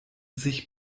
sich